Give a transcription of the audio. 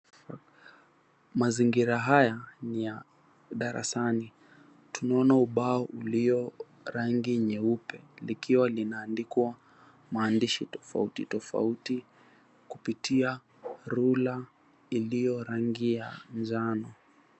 Mazingira haya ni ya darasani tunaona ubao wenye rangi nyeupe likiwa linaandikwa maandishi tofauti tofauti kupitia rula ilio rangi ya njano.